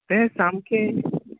तें सामकें